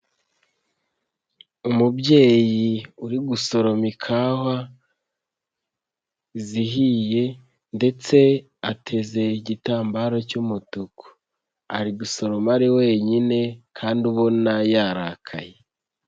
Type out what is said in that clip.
Umubyeyi uri gusoroma ikawa zihiye ndetse ateze igitambaro cy'umutuku ari gusoroma ari wenyine kandi ubona yarakaye.